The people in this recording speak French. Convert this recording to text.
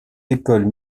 écoles